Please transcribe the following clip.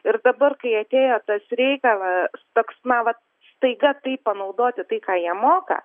ir dabar kai atėjo tas reikalas toks na vat staiga tai panaudoti tai ką jie moka